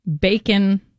bacon